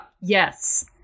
yes